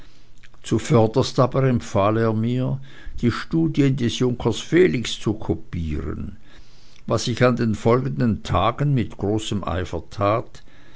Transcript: zuvörderst aber empfahl er mir die studien des junkers felix zu kopieren was ich an den folgenden tagen mit großem eifer tat